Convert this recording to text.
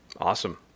Awesome